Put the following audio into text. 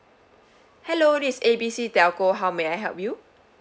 hello this is A B C telco how may I help you